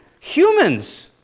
Humans